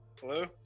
Hello